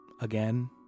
again